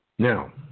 Now